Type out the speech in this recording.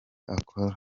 akora